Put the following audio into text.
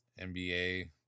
NBA